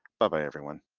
bye, bye everyone.